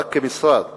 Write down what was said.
רק משרד התיירות,